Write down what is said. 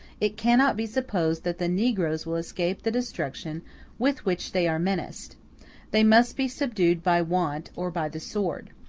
it cannot be supposed that the negroes will escape the destruction with which they are menaced they must be subdued by want or by the sword.